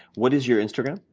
what is your instagram?